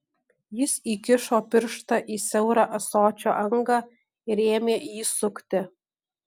jis įkišo pirštą į siaurą ąsočio angą ir ėmė jį sukti